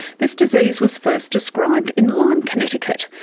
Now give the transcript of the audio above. this disease was first described in lyme, connecticut,